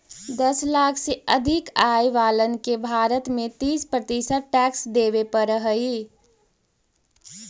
दस लाख से अधिक आय वालन के भारत में तीस प्रतिशत टैक्स देवे पड़ऽ हई